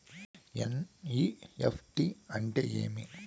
NEFT అంటే ఏమి